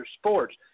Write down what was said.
sports